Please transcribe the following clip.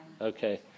Okay